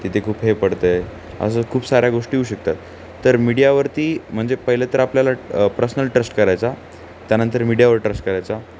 तिथे खूप हे पडतं आहे असं खूप साऱ्या गोष्टी येऊ शकतात तर मीडियावरती म्हणजे पहिलं तर आपल्याला प्रसनल ट्रस्ट करायचा त्यानंतर मीडियावर ट्रस्ट करायचा